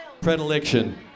predilection